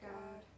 God